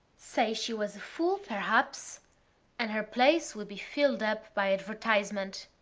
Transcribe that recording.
say she was a fool, perhaps and her place would be filled up by advertisement.